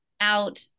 out